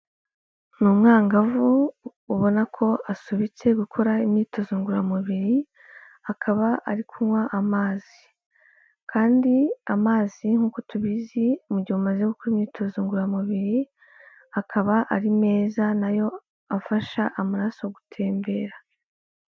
Ni umwangavu, ubona ko asubitse gukora imyitozo ngororamubiri, akaba ari kunywa amazi, kandi amazi nk'uko tubizi, mu gihe umaze gukora imyitozo ngororamubiri, akaba ari meza n'ayo afasha amaraso gutembera.